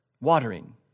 watering